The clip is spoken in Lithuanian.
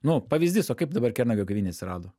nu pavyzdys o kaip dabar kernagio kavinė atsirado